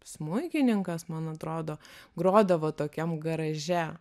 smuikininkas man atrodo grodavo tokiam garaže